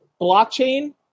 blockchain